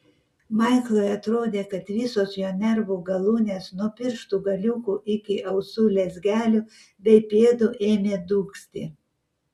maiklui atrodė kad visos jo nervų galūnės nuo pirštų galiukų iki ausų lezgelių bei pėdų ėmė dūgzti